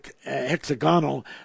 hexagonal